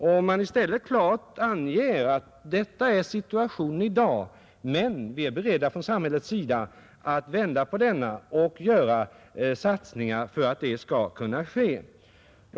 Man bör i stället klart ange att detta är situationen i dag men att vi är beredda från samhällets sida att vända på utvecklingen och göra satsningar för att det skall kunna ske.